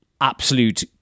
absolute